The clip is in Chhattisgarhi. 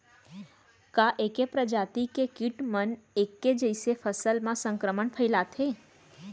का ऐके प्रजाति के किट मन ऐके जइसे फसल म संक्रमण फइलाथें?